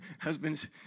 Husbands